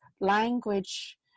language